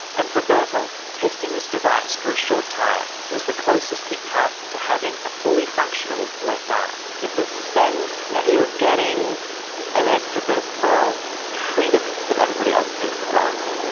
and for bertolt, testing this device for a short time was the closest he'd come to having a fully functional left arm. um it's a sense that you are getting an extra bit of freedom that everybody else takes for granted.